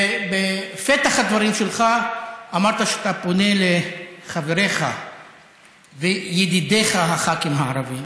בפתח הדברים שלך אמרת שאתה פונה לחבריך וידידיך הח"כים הערבים,